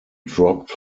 dropped